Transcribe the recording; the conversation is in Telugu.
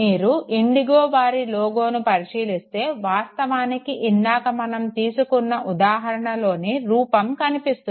మీరు ఇండిగో వారి లోగోని పరిశీలిస్తే వాస్తవానికి ఇందాక మనం తీసుకున్న ఉదాహరణలోని రూపం కనిపిస్తుంది